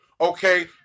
okay